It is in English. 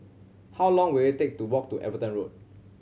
how long will it take to walk to Everton Road